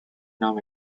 now